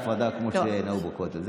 תהיה הפרדה כמו שנהוג בכותל.